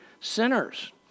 sinners